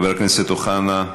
חבר הכנסת אוחנה,